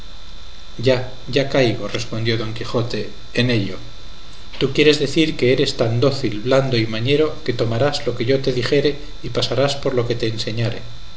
ya ya caigo respondió don quijote en ello tú quieres decir que eres tan dócil blando y mañero que tomarás lo que yo te dijere y pasarás por lo que te enseñare